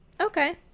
okay